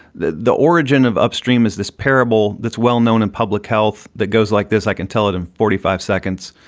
the the origin of upstream is this parable that's well-known in public health that goes like this. i can tell it in forty five seconds.